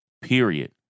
Period